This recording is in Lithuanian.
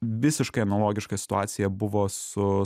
visiškai analogiška situacija buvo su